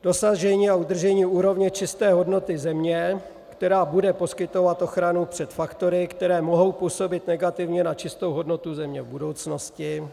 Dosažení a udržení úrovně čisté hodnoty země, která bude poskytovat ochranu před faktory, které mohou působit negativně na čistou hodnotu země v budoucnosti.